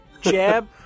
jab